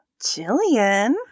Jillian